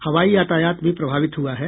हवाई यातायात भी प्रभावित हुआ है